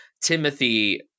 Timothy –